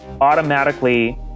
automatically